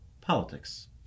politics